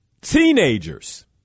teenagers